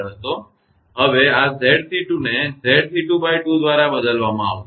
હવે આ 𝑍𝑐2 ને 𝑍𝑐22 દ્વારા બદલવામાં આવશે